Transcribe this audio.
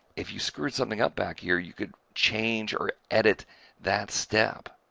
if you screwed something up back here, you could change or edit that step,